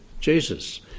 Jesus